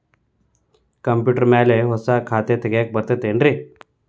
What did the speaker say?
Computer ಮ್ಯಾಲೆ ಹೊಸಾ ಖಾತೆ ತಗ್ಯಾಕ್ ಬರತೈತಿ ಏನ್ರಿ?